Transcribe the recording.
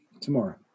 tomorrow